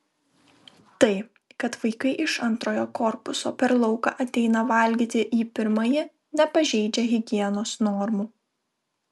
tai kad vaikai iš antrojo korpuso per lauką ateina valgyti į pirmąjį nepažeidžia higienos normų